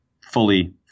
fully